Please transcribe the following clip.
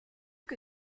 que